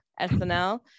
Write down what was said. SNL